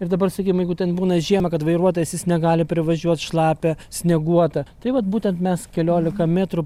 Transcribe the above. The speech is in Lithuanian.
ir dabar sakykim jeigu ten būna žiemą kad vairuotojas jis negali privažiuot šlapia snieguota tai vat būtent mes keliolika metrų